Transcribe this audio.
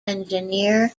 engineer